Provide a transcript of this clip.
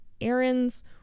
errands